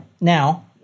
now